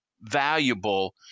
valuable